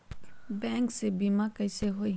Bank से बिमा कईसे होई?